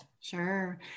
Sure